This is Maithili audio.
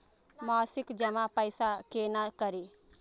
मासिक जमा पैसा केना करी?